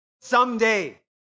Someday